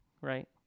Right